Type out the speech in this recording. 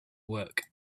work